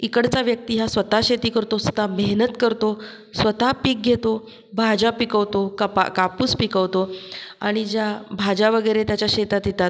इकडचा व्यक्ती हा स्वतः शेती करतो स्वतः मेहनत करतो स्वतः पीक घेतो भाज्या पिकवतो कपा कापूस पिकवतो आणि ज्या भाज्या वगैरे त्याच्या शेतात येतात